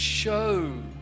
Show